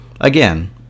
Again